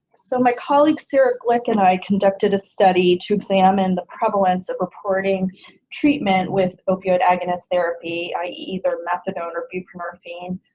so my colleague sara glick and i conducted a study to examine the prevalence of reporting treatment with opioid agonist therapy, ie either methadone or buprenorphine,